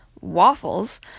Waffles